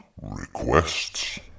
Requests